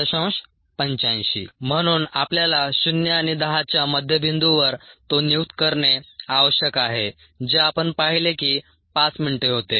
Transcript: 85 म्हणून आपल्याला 0 आणि 10 च्या मध्य बिंदूवर तो नियुक्त करणे आवश्यक आहे जे आपण पाहिले की 5 मिनिटे होते